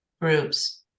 groups